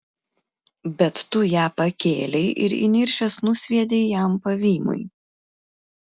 bet tu ją pakėlei ir įniršęs nusviedei jam pavymui